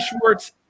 Schwartz